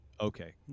okay